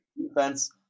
Defense